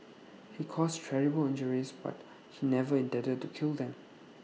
he caused terrible injuries but he never intended to kill them